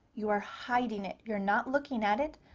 you are hiding it. you're not looking at it,